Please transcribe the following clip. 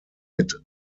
mit